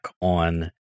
on